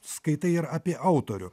skaitai ir apie autorių